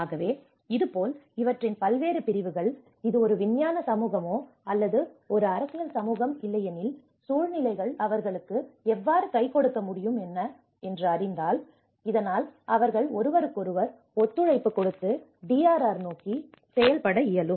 ஆகவே இதுபோல் இவற்றின் பல்வேறு பிரிவுகள் இது ஒரு விஞ்ஞான சமூகமா அல்லது ஒரு அரசியல் சமூகம் இல்லையெனில் சூழ்நிலைகள் அவர்களுக்கு எவ்வாறு கை கொடுக்க முடியும் என்னை அறிந்தால் இதனால் அவர்கள் ஒருவருக்கொருவர் ஒத்துழைப்பு கொடுத்து DRR நோக்கி செயல்பட இயலும